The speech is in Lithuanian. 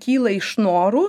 kyla iš norų